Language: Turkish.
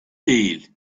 değil